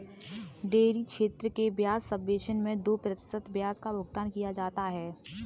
dairy क्षेत्र के ब्याज सबवेसन मैं दो प्रतिशत ब्याज का भुगतान किया जाता है